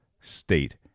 state